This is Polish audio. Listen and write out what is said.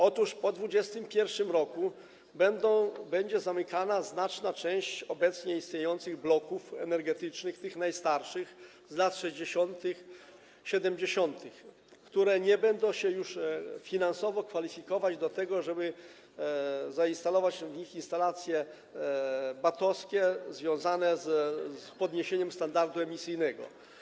Otóż po 2021 r. będzie zamykana znaczna część obecnie istniejących bloków energetycznych, tych najstarszych, z lat 60., 70., które nie będą się już finansowo kwalifikować do tego, żeby zainstalować w nich instalacje BAT-owskie związane z podniesieniem standardu emisyjnego.